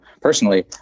personally